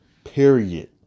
Period